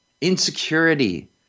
Insecurity